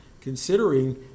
considering